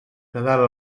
nadal